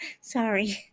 Sorry